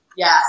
Yes